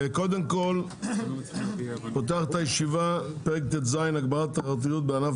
אני פותח את הישיבה בנושא פרק ט"ז (הגברת התחרותיות בענף